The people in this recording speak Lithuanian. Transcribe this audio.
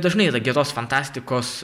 dažnai yra geros fantastikos